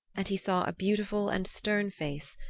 and he saw a beautiful and stern face,